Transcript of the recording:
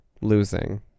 Losing